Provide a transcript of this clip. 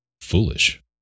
foolish